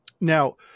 Now